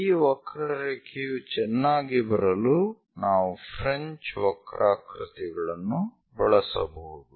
ಈ ವಕ್ರರೇಖೆಯು ಚೆನ್ನಾಗಿ ಬರಲು ನಾವು ಫ್ರೆಂಚ್ ವಕ್ರಾಕೃತಿಗಳನ್ನು ಬಳಸಬಹುದು